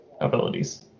abilities